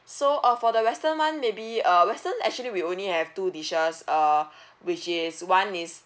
so uh for the western one maybe uh western actually we only have two dishes uh which is one is